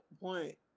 point